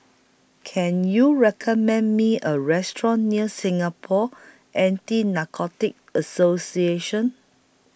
Can YOU recommend Me A Restaurant near Singapore Anti Narcotics Association